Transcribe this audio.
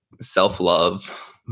self-love